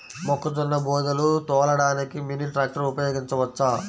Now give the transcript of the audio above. మొక్కజొన్న బోదెలు తోలడానికి మినీ ట్రాక్టర్ ఉపయోగించవచ్చా?